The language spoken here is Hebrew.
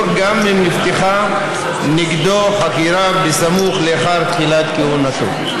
גם אם נפתחה נגדו חקירה סמוך לאחר תחילת כהונתו.